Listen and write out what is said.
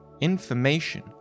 Information